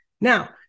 Now